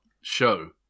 show